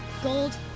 Gold